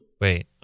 Wait